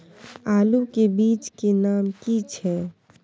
आलू के बीज के नाम की छै?